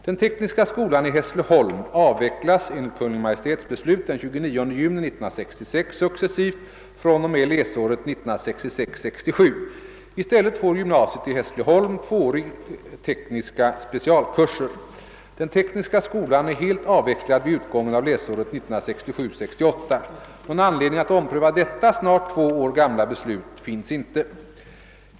Den tekniska skolan i Hässleholm avvecklas enligt Kungl. Maj:ts beslut den 29 juni 1966 successivt fr.o.m. läsåret 1966 68. Någon anledning att ompröva detta snart två år gamla beslut finns inte.